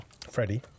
Freddie